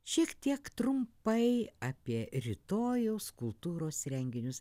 šiek tiek trumpai apie rytojaus kultūros renginius